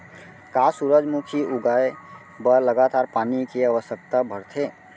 का सूरजमुखी उगाए बर लगातार पानी के आवश्यकता भरथे?